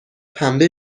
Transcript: پنبه